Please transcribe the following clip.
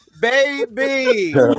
Baby